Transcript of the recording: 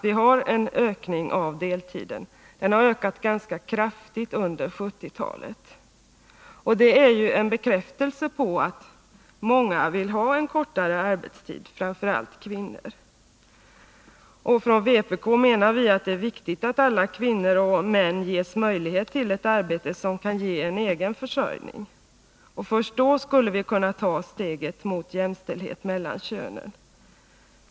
Vi har en ökning av deltiden. Den har ökat ganska kraftigt under 1970-talet. Det är en bekräftelse på att många vill ha en kortare arbetstid, framför allt kvinnor. 131 Från vpk menar vi att alla kvinnor och män bör ges möjlighet till ett arbete som kan ge egen försörjning. Först då skulle vi kunna ta steget mot jämställdhet mellan könen.